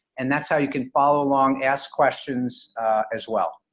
and that's how you can follow along, ask questions as well.